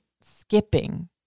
skipping